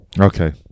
Okay